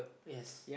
yes